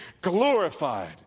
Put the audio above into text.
glorified